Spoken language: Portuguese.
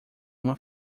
uma